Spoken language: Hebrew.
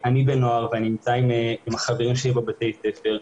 אני בן נוער ואני נמצא עם החברים שלי בבתי הספר,